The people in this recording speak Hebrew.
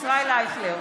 ישראל אייכלר,